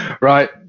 Right